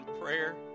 prayer